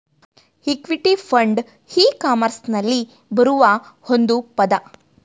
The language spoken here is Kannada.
ಇಕ್ವಿಟಿ ಫಂಡ್ ಇ ಕಾಮರ್ಸ್ನಲ್ಲಿ ಬರುವ ಒಂದು ಪದ